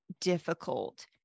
difficult